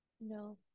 No